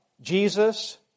Jesus